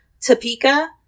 Topeka